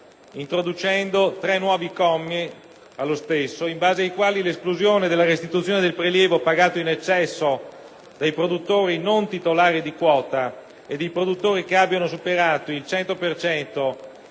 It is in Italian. introducendo tre nuovi commi allo stesso, in base ai quali l'esclusione, dalla restituzione del prelievo pagato in eccesso, dei produttori non titolari di quota o che abbiano superato il